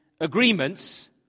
agreements